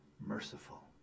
merciful